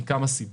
בשל כמה סיבות.